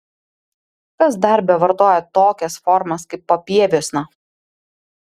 kas dar bevartoja tokias formas kaip papieviuosna